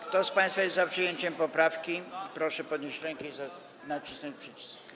Kto z państwa jest za przyjęciem poprawki, proszę podnieść rękę i nacisnąć przycisk.